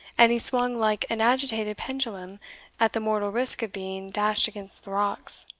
and he swung like an agitated pendulum at the mortal risk of being dashed against the rocks.